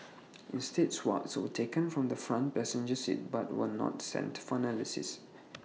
instead swabs were taken from the front passenger seat but were not sent for analysis